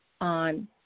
on